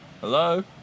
Hello